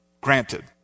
granted